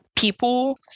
People